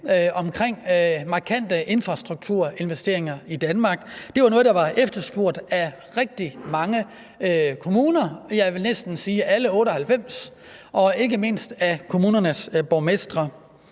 omkring markante infrastrukturinvesteringer i Danmark, og det var noget, som var efterspurgt af rigtig mange kommuner – jeg vil næsten sige alle 98 kommuner – og ikke mindst af kommunernes borgmestre.